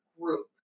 group